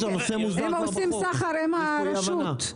הם עושים סחר עם הרשות.